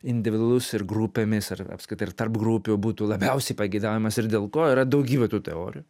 individualus ir grupėmis ar apskritai ir tarp grupių būtų labiausiai pageidaujamas ir dėl ko yra daugybė tų teorijų